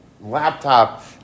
laptop